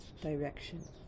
Direction